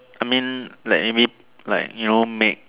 I mean like maybe like you know make